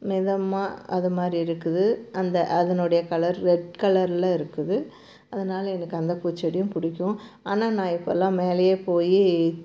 மிதமாக அது மாதிரி இருக்குது அந்த அதனுடைய கலர் ரெட் கலரில் இருக்குது அதனால் எனக்கு அந்த பூச்செடியும் பிடிக்கும் ஆனால் நான் இப்போதுலாம் மேலேயே போய்